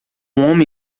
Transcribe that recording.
homem